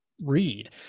Read